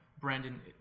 Brandon